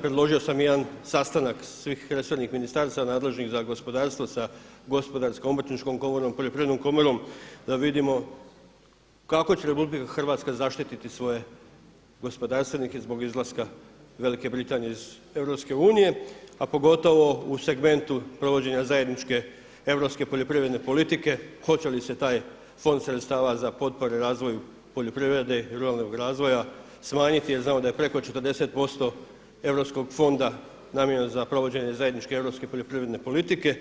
Predložio sam i jedan sastanak svih resornih ministarstava nadležnih za gospodarstvo sa Gospodarskom obrtničkom komorom, Poljoprivrednom komorom, da vidimo kako će RH zaštiti svoje gospodarstvenike zbog izlaska Velike Britanije iz EU a pogotovo u segmentu provođenja zajedničke Europske poljoprivredne politike, hoće li se taj fond sredstava za potpore razvoju poljoprivrede i ruralnog razvoja smanjiti jer znamo da je preko 40% europskog fonda namijenjeno za provođenje zajedničke europske poljoprivredne politike